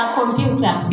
computer